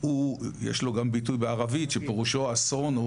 יש לו גם ביטוי בערבית שפירושו אסון,